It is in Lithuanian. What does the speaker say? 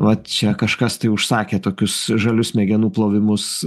vat čia kažkas tai užsakė tokius žalius smegenų plovimus